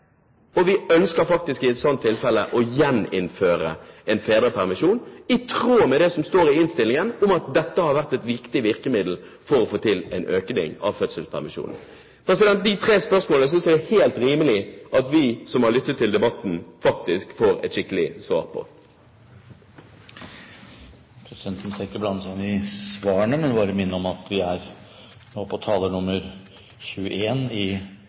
jeg vi skal forhindre – og utviklingen i Norge blir helt identisk med den i Danmark, nemlig at det er færre fedre som tar ut fødselspermisjon, er de villig til å innrømme at de tok feil, og i et slikt tilfelle, ønsker de å gjeninnføre en fedrepermisjon, i tråd med det som står i innstillingen, fordi dette har vært et viktig virkemiddel for å få til en økning av fødselspermisjonen? Disse tre spørsmålene synes jeg det er helt rimelig at vi som har lyttet til debatten, faktisk får et skikkelig